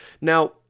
Now